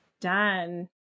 done